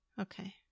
Okay